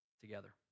together